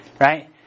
right